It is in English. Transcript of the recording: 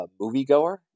moviegoer